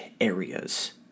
areas